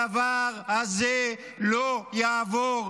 הדבר הזה לא יעבור.